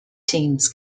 teams